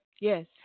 Yes